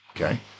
okay